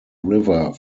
river